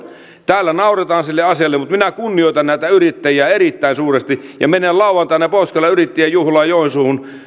täällä nauretaan sille asialle mutta minä kunnioitan näitä yrittäjiä erittäin suuresti ja menen lauantaina pohjois karjalan yrittäjäjuhlaan joensuuhun